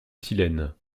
silène